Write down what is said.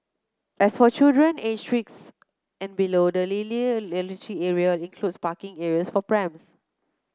as for children aged six and below the early literacy area includes parking areas for prams